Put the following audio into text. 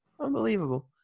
Unbelievable